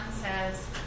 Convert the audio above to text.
says